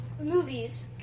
movies